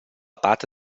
parte